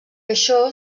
això